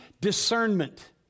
discernment